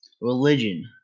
religion